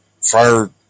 fire